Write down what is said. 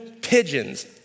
pigeons